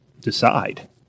decide